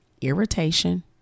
irritation